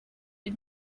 did